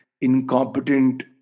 incompetent